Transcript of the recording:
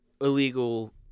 illegal